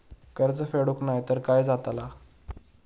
कर्ज फेडूक नाय तर काय जाताला?